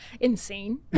Insane